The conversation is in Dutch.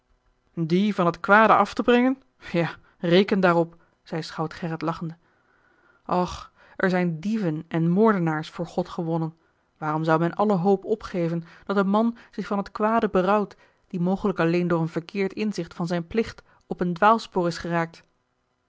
dien van t kwade af te brengen ja reken daarop zeî schout gerrit lachende och er zijn dieven en moordenaars voor god gewonnen waarom zou men alle hoop opgeven dat een man zich van het kwade berouwt die mogelijk alleen door een verkeerd inzicht van zijn plicht op een dwaalspoor is geraakt